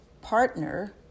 partner